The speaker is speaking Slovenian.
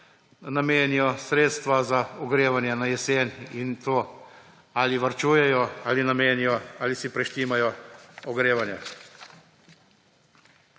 namenijo sredstva za ogrevanje na jesen in to ali varčujejo, ali namenijo, ali si prištimajo ogrevanje.